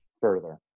further